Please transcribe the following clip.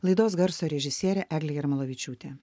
laidos garso režisierė eglė jarmolavičiūtė